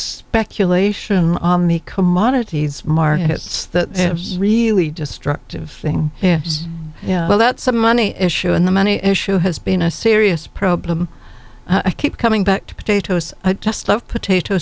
speculation on the commodities markets that really destructive thing yeah yeah well that's a money issue and the money issue has been a serious problem i keep coming back to potatoes i just love potatoes